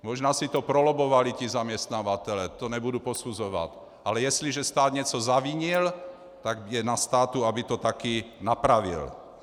Možná si to prolobbovali ti zaměstnavatelé, to nebudu posuzovat, ale jestliže stát něco zavinil, tak je na státu, aby to taky napravil.